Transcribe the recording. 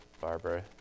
Barbara